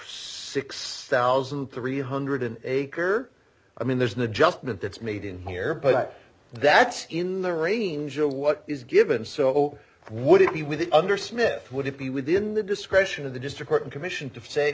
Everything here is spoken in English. six thousand three hundred dollars acre i mean there's an adjustment that's made in here but that's in the range of what is given so would it be with under smith would it be within the discretion of the district and commission to say